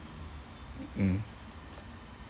mm